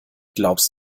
glaubst